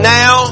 now